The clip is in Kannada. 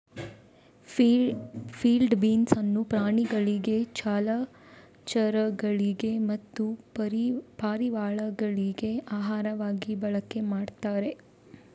ಫೀಲ್ಡ್ ಬೀನ್ಸ್ ಅನ್ನು ಪ್ರಾಣಿಗಳಿಗೆ ಜಲಚರಗಳಿಗೆ ಮತ್ತೆ ಪಾರಿವಾಳಗಳಿಗೆ ಆಹಾರವಾಗಿ ಬಳಕೆ ಮಾಡ್ತಾರೆ